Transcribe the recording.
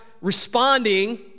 responding